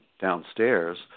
downstairs